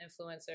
influencer